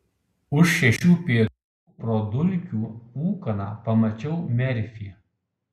už šešių pėdų pro dulkių ūkaną pamačiau merfį